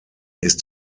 ist